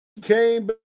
Came